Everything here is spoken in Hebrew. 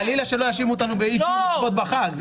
חלילה שלא יאשימו אותנו באי קיום מצוות בחג.